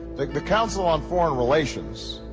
like the council on foreign relations,